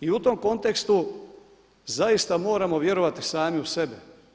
I u tom kontekstu zaista moramo vjerovati sami u sebe.